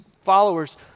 followers